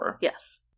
Yes